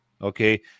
Okay